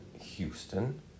Houston